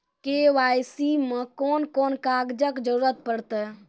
KYC मे कून कून कागजक जरूरत परतै?